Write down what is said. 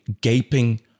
gaping